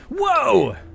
whoa